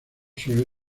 suele